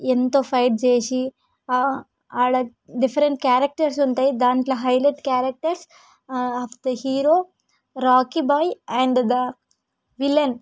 ఎంతో ఫైట్ చేసి ఆడ డిఫరెంట్ క్యారెక్టర్స్ ఉంటాయి దాంట్లో highlight characters of the hero Rocky Bhai and the villain